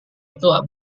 itu